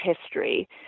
history